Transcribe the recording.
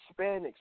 Hispanics